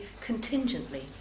contingently